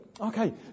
Okay